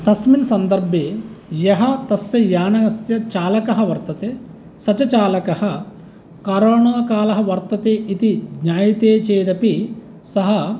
तस्मिन् सन्दर्भे यः तस्य यानस्य चालकः वर्तते स च चालकः करोना कालः वर्तते इति ज्ञायते चेदपि सः